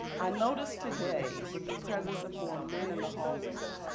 i noticed today, with the presence of more men in the hallways,